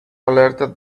alerted